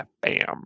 bam